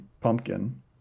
pumpkin